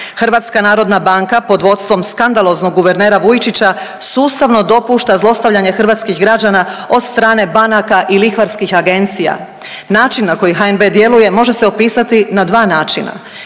radnje. HNB pod vodstvom skandaloznog guvernera Vujčića sustavno dopušta zlostavljanje hrvatskih građana od strane banaka i lihvarskih agencija. Način na koji HNB djeluje može se opisati na dva načina.